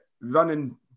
running